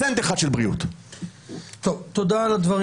תושב